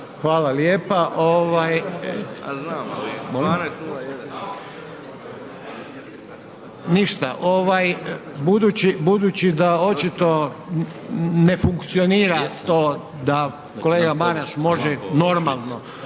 Hvala lijepa. Ništa ovaj budući da očito ne funkcionira to da kolega Maras može normalno